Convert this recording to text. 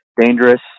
dangerous